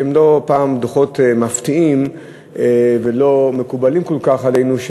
שהם לא פעם דוחות מפתיעים ולא מקובלים כל כך עלינו,